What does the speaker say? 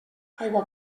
aigua